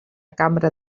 cambra